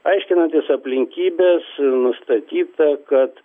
aiškinantis aplinkybes nustatyta kad